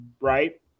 right